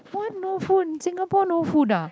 what no food in Singapore no food ah